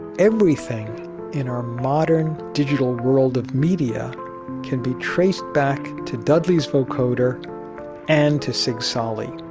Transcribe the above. everything in our modern digital world of media can be traced back to dudley's vocoder and to sigsaly